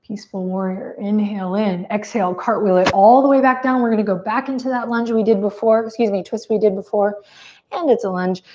peaceful warrior, inhale in. exhale, cartwheel it all the way back down. we're gonna go back into that lunge we did before, excuse me, twist we did before and it's a lunge.